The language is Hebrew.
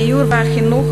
הדיור והחינוך,